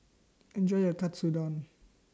Enjoy your Katsudon